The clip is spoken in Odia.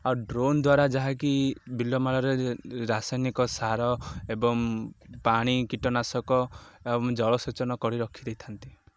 ଆଉ ଡ୍ରୋନ୍ ଦ୍ୱାରା ଯାହାକି ବିଲମାଳରେ ରାସାୟନିକ ସାର ଏବଂ ପାଣି କୀଟନାଶକ ଏବଂ ଜଳସେଚନ କରି ରଖିଦେଇଥାନ୍ତି